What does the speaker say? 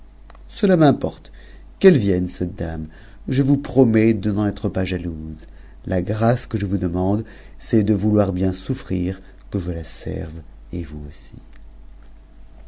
cela n'importe qu'elle vienne cette dame je vous promets de n'en être pas jalouse la grâce que je vous deuian j c'est de vouloir bien souffrir que je la serve et vous aussi